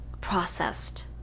processed